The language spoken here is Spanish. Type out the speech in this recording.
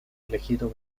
elegido